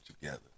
together